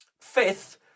Fifth